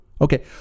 Okay